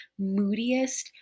moodiest